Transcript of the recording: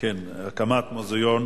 הקמת מוזיאון